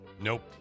Nope